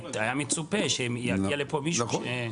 היה צופה שיגיע לכאן מישהו שכן מעורב.